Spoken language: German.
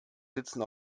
sitzen